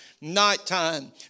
Nighttime